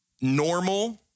normal